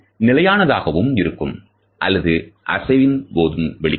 இவைகள் நிலையானதாகவும் இருக்கும் அல்லது அசைவின் போதும் வெளிப்படும்